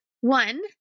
one